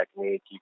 technique